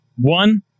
one